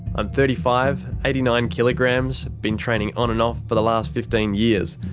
i'm thirty five, eighty nine kilograms. been training on and off for the last fifteen years.